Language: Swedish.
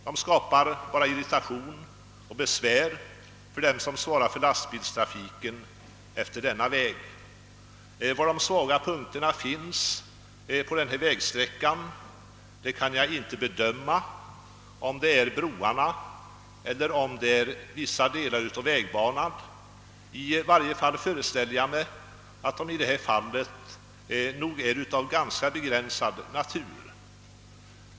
De skapar bara irritation och besvär för dem som svarar för lastbilstrafiken efter denna väg. Var de svaga punkterna finns på denna vägsträcka kan jag inte bedöma — om det är broarna eller om det är vissa delar av vägbanan. I varje fall föreställer jag mig att dessa svaga punkter är av ganska begränsad natur.